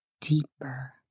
deeper